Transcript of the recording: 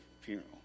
funeral